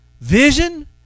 vision